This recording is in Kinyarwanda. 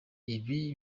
ibi